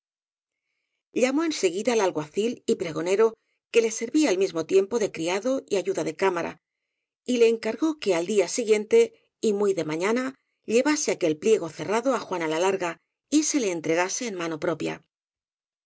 llamó en seguida al alguacil y pregonero que le servía al mismo tiempo de criado y ayuda de cá mara y le encargó que al día siguiente y muy de mañana llevase aquel pliego cerrado á juana la larga y se le entregase en mano propia